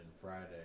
Friday